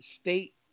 state